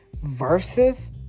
Versus